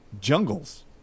jungles